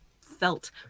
felt